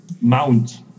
mount